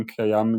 אם קיים,